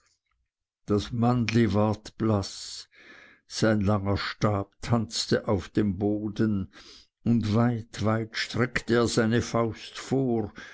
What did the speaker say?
das mannli ward blaß sein langer stab tanzte auf dem boden und weit weit streckte er seine faust vor